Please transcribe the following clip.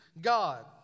God